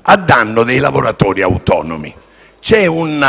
- a danno dei lavoratori autonomi. C'è un